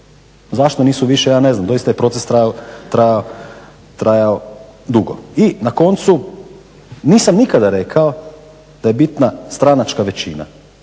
Zašto nisu više, ja ne znam. Doista je proces trajao dugo. I na koncu, nisam nikada rekao da je bitna stranačka većina